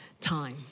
time